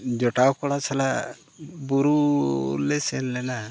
ᱡᱚᱴᱟᱣ ᱠᱚᱲᱟ ᱥᱟᱞᱟᱜ ᱵᱩᱨᱩ ᱞᱮ ᱥᱮᱱ ᱞᱮᱱᱟ